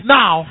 now